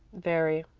very,